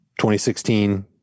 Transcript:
2016